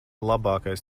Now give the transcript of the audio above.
labākais